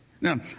Now